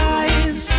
eyes